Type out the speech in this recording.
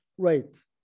Right